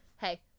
Hey